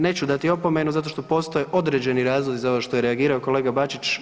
Neću dati opomenu zato što postoje određeni razlozi za ovo što je reagirao kolega Bačić.